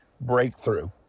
Breakthrough